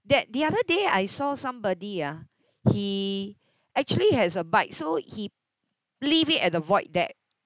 that the other day I saw somebody ah he actually has a bike so he leave it at the void deck